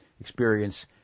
experience